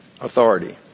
authority